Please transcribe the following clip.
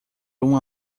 uma